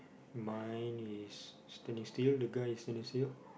mine is standing still the guy is standing still